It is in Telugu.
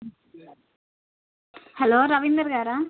హలో రవీందర్ గారా